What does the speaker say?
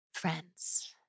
Friends